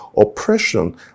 oppression